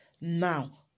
Now